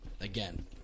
Again